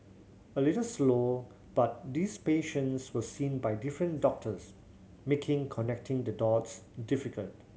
a little slow but these patients were seen by different doctors making connecting the dots difficult